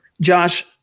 Josh